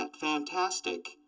Fantastic